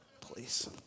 Please